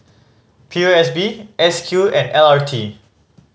P O S B S Q and L R T